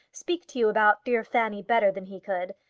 speak to you about dear fanny better than he could